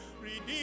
redeemed